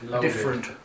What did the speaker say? different